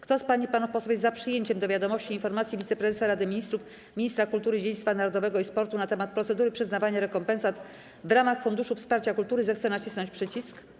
Kto z pań i panów posłów jest za przyjęciem do wiadomości informacji Wiceprezesa Rady Ministrów, Ministra Kultury, Dziedzictwa Narodowego i Sportu na temat procedury przyznawania rekompensat w ramach Funduszu Wsparcia Kultury, zechce nacisnąć przycisk.